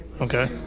Okay